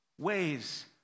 ways